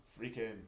freaking